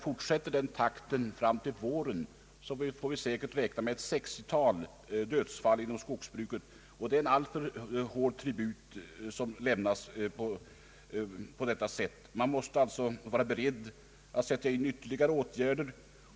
Fortsätter dödsolyckorna i samma takt fram till våren, får vi räkna med ett 60-tal dödsfall inom skogsbruket, och det är en alltför hård tribut. Man måste alltså vara beredd att sätta in ytterligare åtgärder.